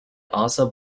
also